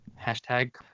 hashtag